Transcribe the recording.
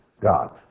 God